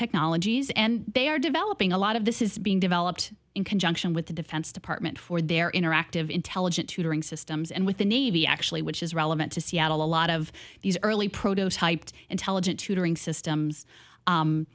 technologies and they are developing a lot of this is being developed in conjunction with the defense department for their interactive intelligent tutoring systems and with the navy actually which is relevant to seattle a lot of these early prototype intelligent tutoring systems